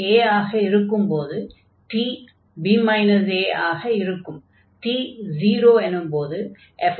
x a ஆக இருக்கும்போது t b a ஆக இருக்கும்